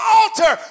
altar